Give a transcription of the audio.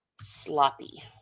sloppy